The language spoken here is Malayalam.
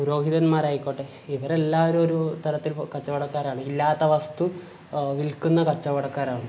പുരോഹിതന്മാരായിക്കോട്ടെ ഇവരെല്ലാവരും ഒരു തരത്തിൽ കച്ചവടക്കാരാണ് ഇല്ലാത്ത വസ്തു വിൽക്കുന്ന കച്ചവടക്കാരാണ്